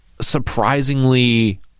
surprisingly